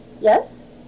Yes